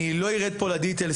אני לא ארד פה לפרטים,